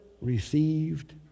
received